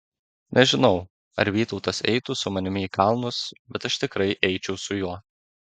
nežinau ar vytautas eitų su manimi į kalnus bet aš tikrai eičiau su juo